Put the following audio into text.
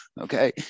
okay